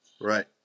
Right